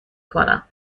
کنم